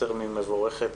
יותר ממבורכת,